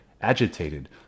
agitated